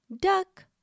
duck